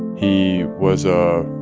he was a